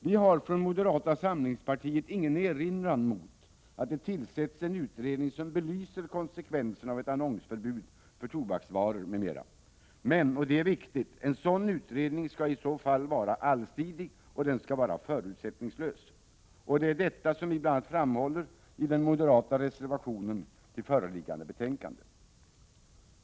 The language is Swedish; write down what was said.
Vi har från moderata samlingspartiet ingen erinran mot att det tillsätts en utredning som belyser konsekvenserna av ett annonsförbud mot tobaksvaror, m.m. Men — och det är viktigt — en sådan utredning skall i så fall vara allsidig och förutsättningslös. Det är bl.a. detta som vi framhåller i den moderata reservationen som är fogad till föreliggande betänkande.